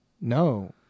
no